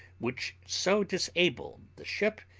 which so disabled the ship,